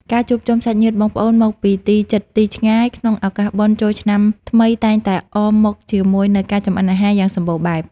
ការជួបជុំសាច់ញាតិបងប្អូនមកពីទីជិតទីឆ្ងាយក្នុងឱកាសបុណ្យចូលឆ្នាំថ្មីតែងតែអមមកជាមួយនូវការចម្អិនអាហារយ៉ាងសម្បូរបែប។